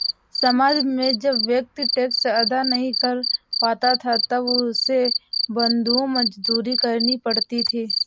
समाज में जब व्यक्ति टैक्स अदा नहीं कर पाता था तब उसे बंधुआ मजदूरी करनी पड़ती थी